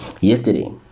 yesterday